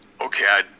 okay